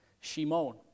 Shimon